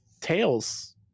tails